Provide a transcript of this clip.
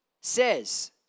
says